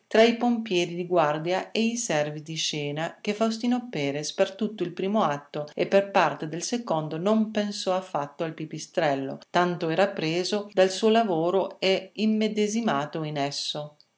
tra i pompieri di guardia e i servi di scena che faustino perres per tutto il primo atto e per parte del secondo non pensò affatto al pipistrello tanto era preso dal suo lavoro e immedesimato in esso